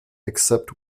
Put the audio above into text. except